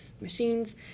machines